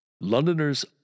Londoners